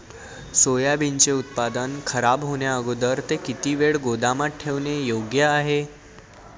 सोयाबीनचे उत्पादन खराब होण्याअगोदर ते किती वेळ गोदामात ठेवणे योग्य आहे?